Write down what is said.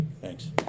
Thanks